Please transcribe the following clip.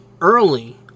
early